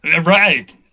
right